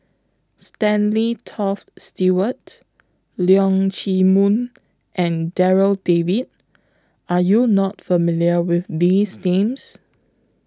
Stanley Toft Stewart Leong Chee Mun and Darryl David Are YOU not familiar with These Names